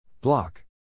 Block